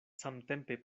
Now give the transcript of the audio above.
samtempe